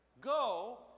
Go